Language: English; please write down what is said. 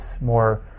more